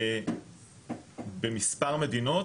במספר מדינות,